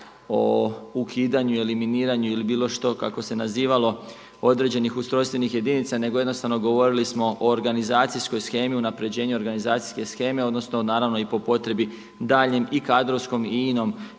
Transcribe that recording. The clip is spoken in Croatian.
o ukidanju ili miniranju ili bilo što kako se nazivalo, određenih ustrojstvenih jedinica, nego jednostavno govorili smo o organizacijskoj shemi, unapređenju organizacijske sheme, odnosno naravno i po potrebi daljnjem i kadrovskom i inom